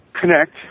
connect